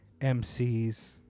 MCs